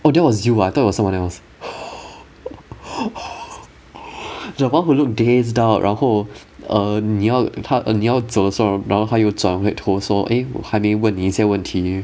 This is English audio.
oh that was you ah I thought it was someone else the one who looked dazed out 然后 err 你要他 err 你要走的时候然后他又转回头说 eh 我还没问你一些问题